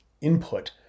input